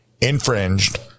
infringed